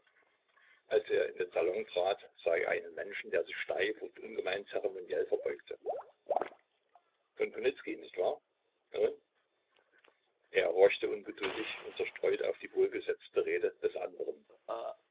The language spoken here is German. als er in den salon trat sah er einen menschen der sich steif und ungemein zeremoniell verbeugte von kunicki nicht wahr nun er horchte ungeduldig und zerstreut auf die wohlgesetzte rede des anderen